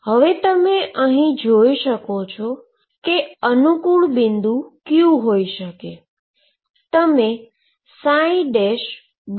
હવે તમે જોઈ શકો છો કે અનુકુળ બિંદુ કયું હોઈ શકે